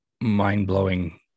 mind-blowing